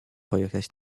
pojechać